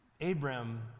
Abram